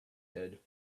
head